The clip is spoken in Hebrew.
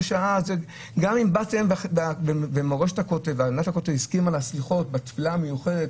גם אם באתם ומורשת הכותל והנהלת הכותל הסכימו לסליחות בתפילה המיוחדת,